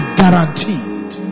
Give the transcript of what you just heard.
guaranteed